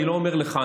אני לא אומר לך,